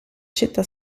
città